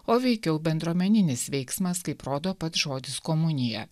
o veikiau bendruomeninis veiksmas kaip rodo pats žodis komunija